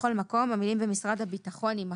בכל מקום, המילים "במשרד הביטחון" יימחקו.